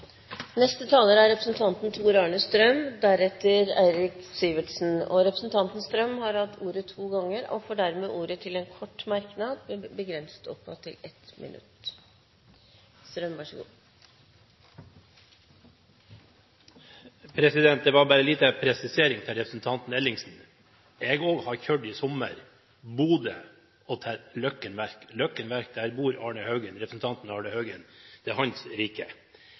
Representanten Tor-Arne Strøm har hatt ordet to ganger og får ordet til en kort merknad, begrenset til 1 minutt. Det var bare en liten presisering til representanten Ellingsen. Jeg også har i sommer kjørt fra Bodø til Løkken Verk. På Løkken Verk bor representanten Arne L. Haugen, det er hans rike.